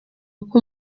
ngo